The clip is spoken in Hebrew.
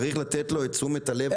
צריך לתת לו את תשומת הלב הייחודית.